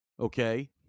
okay